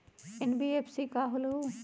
NBFC का होलहु?